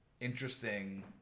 interesting